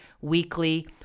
weekly